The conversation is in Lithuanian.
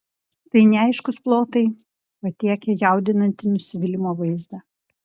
tai neaiškūs plotai patiekią jaudinantį nusivylimo vaizdą